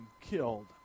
killed